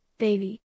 Baby